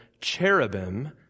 cherubim